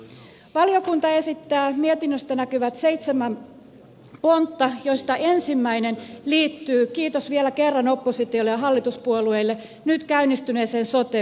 valiokunta esittää mietinnöstä näkyvät seitsemän pontta joista ensimmäinen liittyy kiitos vielä kerran oppositiolle ja hallituspuolueille nyt käynnistyneeseen sote uudistukseen